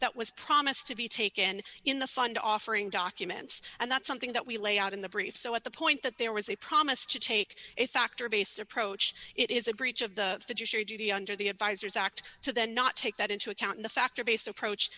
that was promised to be taken in the fund offering documents and that's something that we lay out in the brief so at the point that there was a promise to take a factor based approach it is a breach of the duty under the advisors act to then not take that into account the factor based approach